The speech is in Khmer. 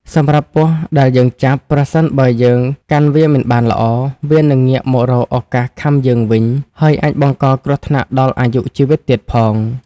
សម្រាប់ពស់ដែលយើងចាប់ ប្រសិនបើយើងកាន់វាមិនបានល្អ វានឹងងាកមករកឱកាសខាំយើងវិញ ហើយអាចបង្កគ្រោះថ្នាក់ដល់អាយុជីវិតទៀតផង។